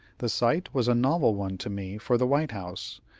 the sight was a novel one to me for the white house,